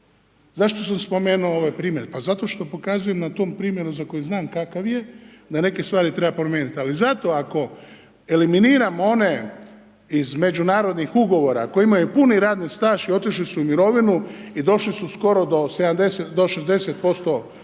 Zašto sam spomenuo ovaj primjer? Pa zato što pokazujem na tu primjeru za koji znam kakav je, da neke stvari treba promijeniti ali zato ako eliminiramo one iz međunarodnih ugovora koji imaju puni radni staž i otišli su u mirovinu i došli su skoro do preko